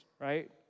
right